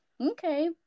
okay